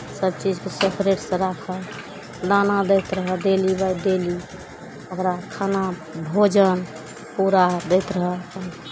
सभ चीजके सफरतिसँ राखह दाना दैत रहक डेली बाइ डेली ओकरा खाना भोजन पूरा दैत रहक अपन